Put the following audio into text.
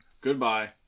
goodbye